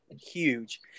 huge